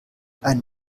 ein